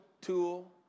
tool